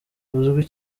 uzwi